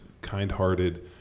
kind-hearted